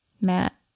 Matt